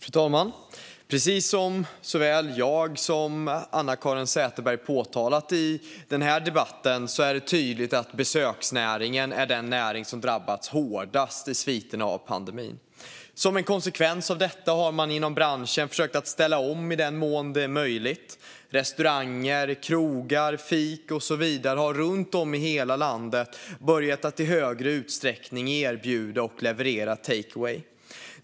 Fru talman! Precis som såväl jag som Anna-Caren Sätherberg har påtalat i den här debatten är det tydligt att besöksnäringen är den näring som har drabbats hårdast av pandemin. Som en konsekvens av detta har man inom branschen försökt ställa om i den mån det är möjligt. Restauranger, krogar, fik och så vidare har runt om i hela landet börjat att i högre utsträckning erbjuda och leverera take away.